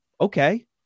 Okay